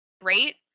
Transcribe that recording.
great